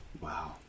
Wow